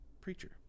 preacher